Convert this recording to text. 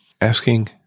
Asking